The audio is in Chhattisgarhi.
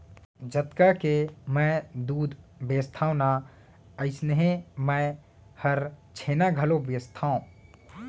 जतका के मैं दूद बेचथव ना अइसनहे मैं हर छेना घलौ बेचथॅव